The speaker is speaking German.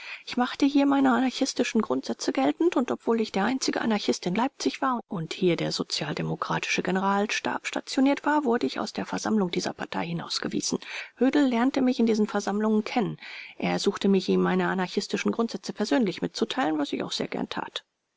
ich machte hier meine anarchistischen grundsätze geltend und obwohl ich der einzige anarchist in leipzig war und hier der sozialdemokratische generalstab stationiert war wurde ich aus den versammlungen dieser partei hinausgewiesen hödel lernte mich in diesen versammlungen kennen er ersuchte mich ihm meine anarchistischen grundsätze persönlich mitzuteilen was ich auch sehr gern tat